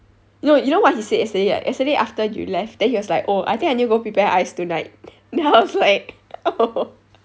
no you know what he said yesterday right yesterday after you left then he was like oh I think I need to go prepare ice tonight then I was like oh